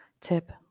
tip